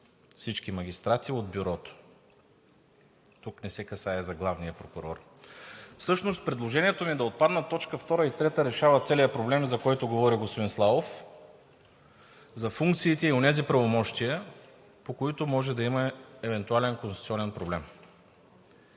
всички магистрати от Бюрото. Тук не се касае за главния прокурор. Всъщност предложението ми да отпаднат точки 2 и 3 решава целия проблем, за който говори господин Славов – за функциите и онези правомощия, по които може да има евентуален конституционен проблем.